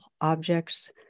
objects